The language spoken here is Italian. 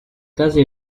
casi